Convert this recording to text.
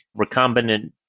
recombinant